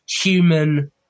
human